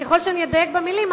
ככל שאני אדייק במלים,